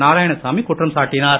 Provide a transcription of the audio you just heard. நாராயணசாமி குற்றம் சாட்டினார்